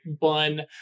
bun